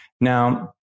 Now